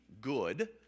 good